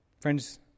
Friends